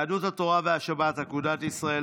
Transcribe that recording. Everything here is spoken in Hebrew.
של יהדות התורה והשבת אגודת ישראל,